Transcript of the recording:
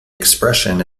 expression